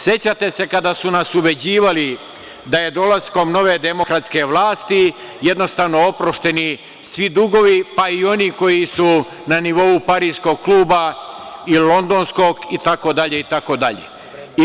Sećate kada su nas ubeđivali da je dolaskom nove demokratske vlasti jednostavno oprošćeni svi dugovi, pa i oni koji su na nivou Pariskog kluba i Londonskog kluba i tako dalje.